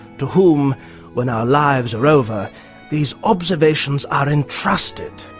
to whom when our lives are over these observations are entrusted,